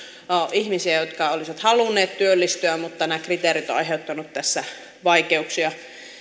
ihmisiä jotka olisivat halunneet työllistyä mutta nämä kriteerit ovat aiheuttaneet vaikeuksia